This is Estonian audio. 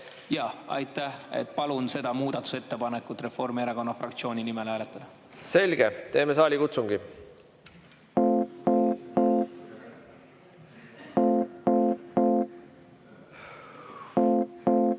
Aitäh! Palun seda muudatusettepanekut Reformierakonna fraktsiooni nimel hääletada. Selge. Teeme saalikutsungi. Head